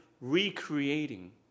recreating